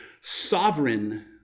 sovereign